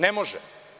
Ne može.